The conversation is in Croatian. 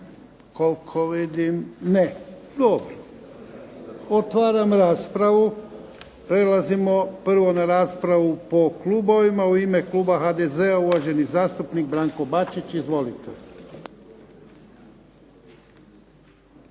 uzeti riječ? Ne. Dobro. Otvaram raspravu. Prelazimo prvo na raspravu po klubovima, u ime kluba HDZ-a uvaženi zastupnik Branko Bačić. Izvolite.